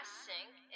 sing